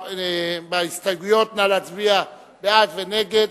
בהסתייגויות, נא להצביע בעד ונגד.